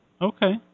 Okay